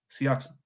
Seahawks